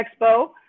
expo